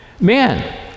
Man